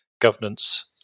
Governance